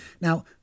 Now